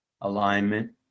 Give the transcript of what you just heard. alignment